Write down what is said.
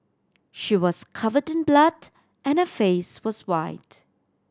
she was covered in blood and her face was white